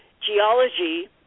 geology